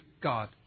God